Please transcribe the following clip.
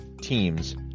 teams